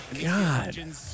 God